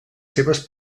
seves